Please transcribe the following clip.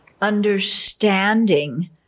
understanding